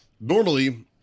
normally